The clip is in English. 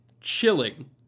chilling